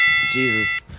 jesus